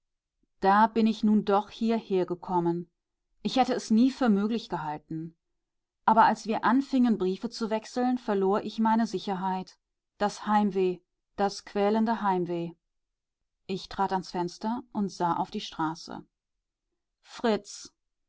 da bin ich nun doch hierhergekommen ich hätte es nie für möglich gehalten aber als wir anfingen briefe zu wechseln verlor ich meine sicherheit das heimweh das quälende heimweh ich trat ans fenster und sah auf die straße fritz